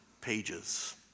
pages